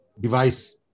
device